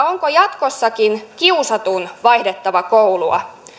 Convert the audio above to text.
onko jatkossakin kiusatun vaihdettava koulua